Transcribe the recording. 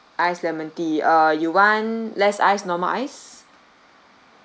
ice lemon tea uh you want less ice normal ice